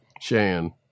shan